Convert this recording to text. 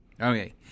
Okay